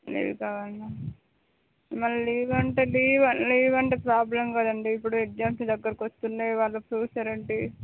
leave కావాలానా మరి leave అంటే లీవ్ లీవ్ అంటే ప్రాబ్లం కదండీ ఇప్పుడు ఎగ్జామ్స్ దగ్గరకు వస్తున్నాయి వాళ్ళ ఫ్యూచర్ ఏంటి